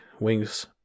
wings